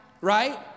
right